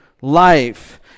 life